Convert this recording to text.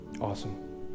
Awesome